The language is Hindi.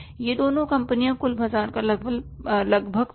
ये दोनों कंपनियां कुल बाजार का लगभग 45 प्रतिशत थीं